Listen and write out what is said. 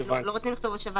לא רצינו לכתוב הושבה